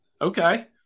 Okay